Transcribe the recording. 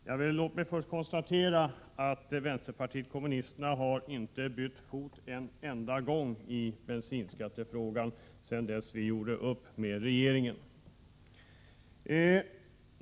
Herr talman! Låt mig först konstatera att vänsterpartiet kommunisterna inte har bytt fot en enda gång i bensinskattefrågan sedan vi gjort upp med regeringen.